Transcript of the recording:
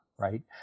right